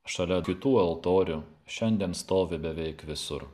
šalia kitų altorių šiandien stovi beveik visur